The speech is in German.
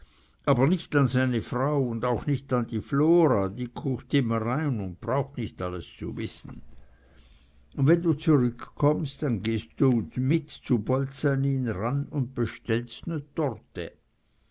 aber nich an seine frau un auch nich an die flora die kuckt immer rein un braucht nicht alles zu wissen und wenn du zurückkommst dann gehste mit zu bolzanin ran und bestellst